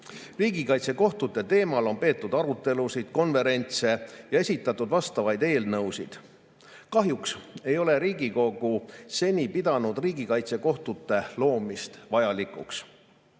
Riigikaitsekohtute teemal on peetud arutelusid ja konverentse ning esitatud vastavaid eelnõusid. Kahjuks ei ole Riigikogu seni pidanud riigikaitsekohtute loomist vajalikuks.